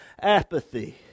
apathy